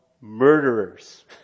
murderers